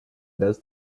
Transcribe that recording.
does